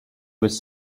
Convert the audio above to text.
was